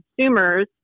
consumers